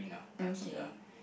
okay